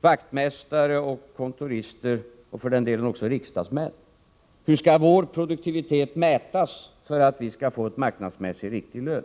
vaktmästare och kontorister — och för den delen också riksdagsmän? Hur skall vår produktivitet mätas för att vi skall få en marknadsmässigt riktig lön?